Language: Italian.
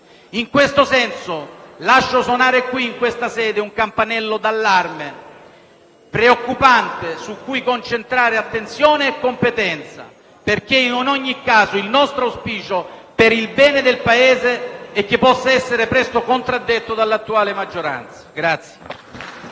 In questo senso lascio suonare qui, in questa sede, un campanello d'allarme preoccupante, su cui concentrare attenzione e competenza, perché in ogni caso il nostro auspicio, per il bene del Paese, è che possa essere presto contraddetto dall'attuale maggioranza.